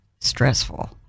stressful